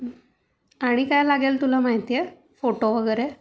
आणि काय लागेल तुला माहिती आहे फोटो वगैरे